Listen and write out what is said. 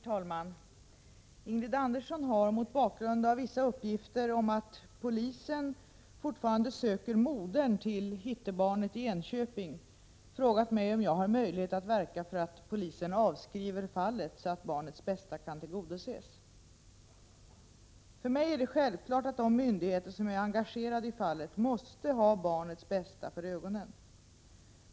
Herr talman! Ingrid Andersson har, mot bakgrund av vissa uppgifter om att polisen fortfarande söker modern till ”hittebarnet i Enköping”, frågat mig om jag har möjlighet att verka för att polisen avskriver fallet så att barnets bästa kan tillgodoses. För mig är det självklart att de myndigheter som är engagerade i fallet måste ha barnets bästa för ögonen.